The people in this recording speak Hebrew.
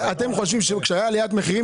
אתם חושבים שכשהייתה עליית מחירים,